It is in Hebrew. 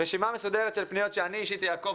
רשימה מסודרת של פניות שאני אישית אעקוב,